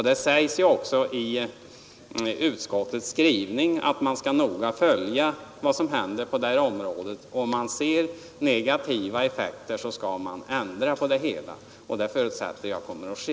Det sägs också i utskottets skrivning att man noga skall följa vad som händer på detta område och att man skall ändra på det hela om det uppstår negativa effekter. Jag förutsätter att så kommer att ske.